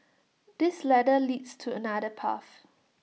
this ladder leads to another path